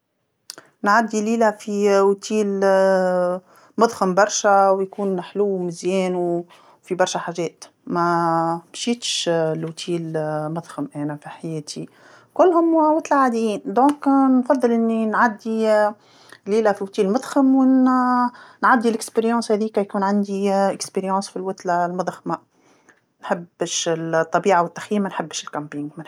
نعدي ليله في فندق مضخم برشا ويكون حلو ومزيان وفيه برشا حاجات، ما- مشيتش لفندق مضخم أنا في حياتي، كلهم أوتالات عاديين، إذن نفضل أني نعدي ليله في أوتال مضخم ون- نعدي التجربة هاذيكا يكون عندي تجربة في اللوتله المضخمه، ما نحبش الطبيعه والتخييم، ما نحبش التخييم، مانحبهاش.